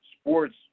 sports